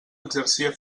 exercia